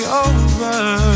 over